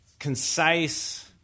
concise